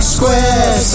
Square